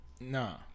Nah